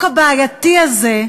תודה.